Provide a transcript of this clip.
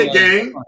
game